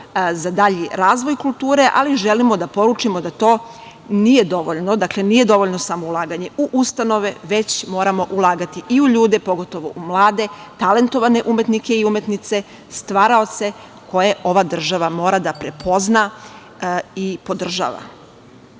za dalji razvoj kulture, ali i želim da poručimo da to nije dovoljno. Dakle, nije dovoljno samo ulaganje u ustanove već moramo ulagati i u ljude pogotovo u mlade, talentovane umetnike i umetnice, stvaraoce koje ova država mora da prepozna i podržava. Takođe,